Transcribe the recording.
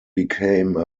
became